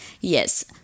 Yes